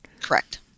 correct